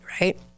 Right